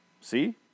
See